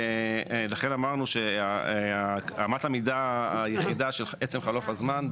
אמרנו שאמת המידה היחידה של עצם חלוף הזמן,